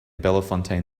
bellefontaine